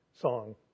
song